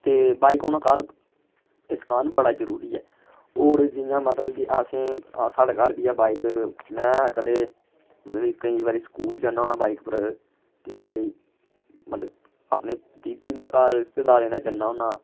ते बाइक होना घर इस कारण बड़ा जरूरी ऐ होर जियां मतलब कि असें साढ़े घर बी ऐ बाइक में कदें मतलब कि केईं बारी स्कूल जन्ना होन्ना बाइक उप्पर केईं बारी मतलब अपनी दीदी होंदे घर रिश्तेदारें दे जन्ना होन्नां